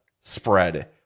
spread